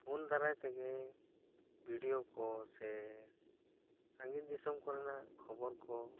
phone ᱫᱟᱨᱟᱭ ᱛᱮᱜᱮ video ᱠᱚ ᱥᱮ ᱥᱟᱺᱜᱤᱱ ᱫᱤᱥᱟᱹᱢ ᱠᱚᱨᱮᱱᱟᱜ ᱠᱷᱚᱵᱚᱨ ᱠᱚ